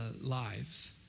lives